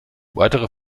weitere